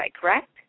correct